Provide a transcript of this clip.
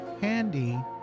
handy